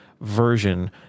version